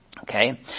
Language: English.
Okay